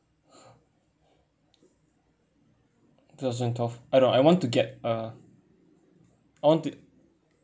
two thousand and twelve I don't I want to get uh I want to